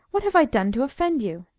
what have i done to offend you?